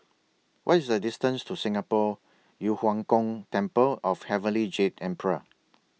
What IS The distance to Singapore Yu Huang Gong Temple of Heavenly Jade Emperor